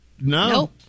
no